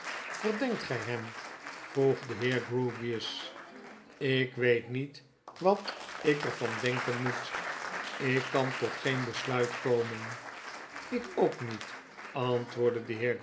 verdenkt gg hem p vroeg de heer grewgious lk weet niet wat ik er van denken moet ik kan tot geen besluit komen ik ook niet antwbordde de